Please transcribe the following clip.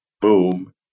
boom